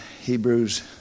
Hebrews